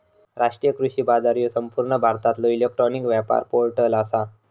राष्ट्रीय कृषी बाजार ह्यो संपूर्ण भारतातलो इलेक्ट्रॉनिक व्यापार पोर्टल आसा